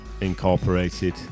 incorporated